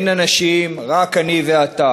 אין אנשים, רק אני ואתה,